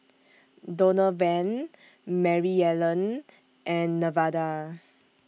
Donovan Maryellen and Nevada